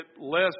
less